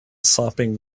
sopping